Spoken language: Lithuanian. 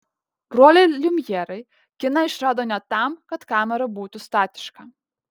broliai liumjerai kiną išrado ne tam kad kamera būtų statiška